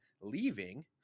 leaving